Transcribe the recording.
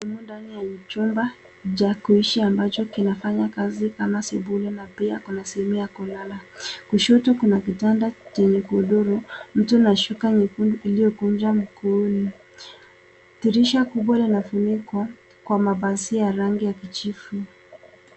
Humu ndani ya uchumba cha kuishi ambacho kinafanya kazi kama sebule na pia kuna sehemu ya kulala. Kushoto kuna kitanda Chenye godoro mto na shuka jekundu iliokunjwa mkuuni. Dirisha kubwa limefunikwa kwa mapazia ya rangi ya kijivu.